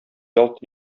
ялт